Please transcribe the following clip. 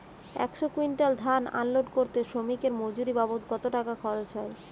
একশো কুইন্টাল ধান আনলোড করতে শ্রমিকের মজুরি বাবদ কত টাকা খরচ হয়?